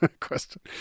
question